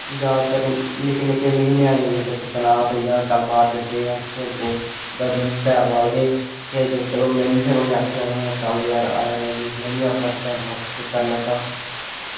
जैदातर निक्के निक्के ञ्यानें आई जंदे सद्दने ई कि आ भइया यार बाह्र चलचै खेढने ई बैट बॉल गै खेढने में बी चल यार आया में बी में बी अपना टाईम पास करगा